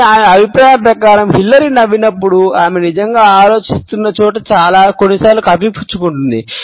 కానీ ఆమె అభిప్రాయం ప్రకారం హిల్లరీ నవ్వినప్పుడు ఆమె నిజంగా ఆలోచిస్తున్న చోట కొన్నిసార్లు కప్పిపుచ్చుకుంటుంది